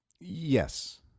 Yes